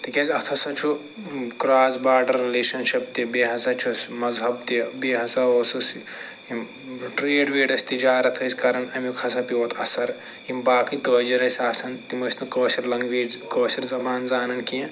تِکیٚازِ اتھ ہسا چھُ کراس باڈر رِلیشنشِپ تہِ بییٛہ ہسا چھُس مذہب تہِ بییٚہِ ہسا اوسُس یِم ٹریڈ ویڈ ٲسۍ تجارت ٲسۍ کران امیٛک ہسا پیٛو اتھ اثر یِم باقٕے تٲجر ٲسۍ آسان تِم ٲسۍ نہِ کٲشر لینگویج کٲشر زبان زانن کیٚنٛہہ